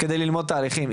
כדי ללמוד תהליכים.